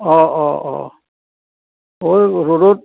অ অ অ